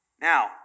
Now